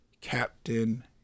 Captain